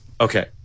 Okay